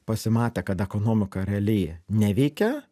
pasimatė kad ekonomika realiai neveikia